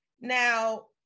Now